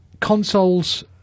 consoles